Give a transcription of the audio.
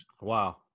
Wow